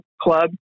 Club